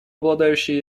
обладающие